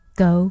go